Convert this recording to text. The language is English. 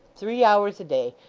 three hours a day.